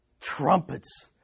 trumpets